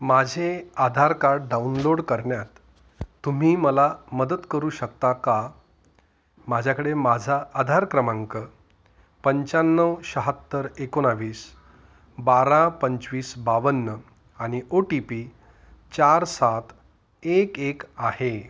माझे Aadhaar card download करण्यात तुम्ही मला मदत करू शकता का माझ्याकडे माझा आधार क्रमांक पंच्याण्णव शहात्तर एकोणावीस बारा पंचवीस बावन्न आणि ओ टी पी चार सात एक एक आहे